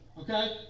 Okay